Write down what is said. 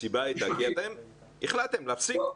הסיבה הייתה כי אתם החלטתם להפסיק.